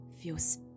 feels